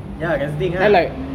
ya that's the thing ah